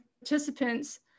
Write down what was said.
participants